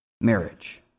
marriage